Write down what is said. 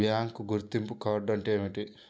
Bank గుర్తింపు card అంటే ఏమిటి?